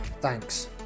thanks